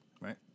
Right